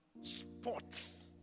sports